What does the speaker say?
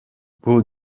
бул